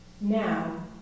Now